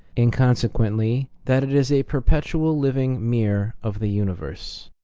and, consequently, that it is a perpetual living mirror of the universe